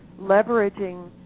leveraging